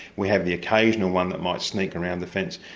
we have the occasional one that might sneak around the fence,